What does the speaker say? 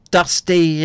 dusty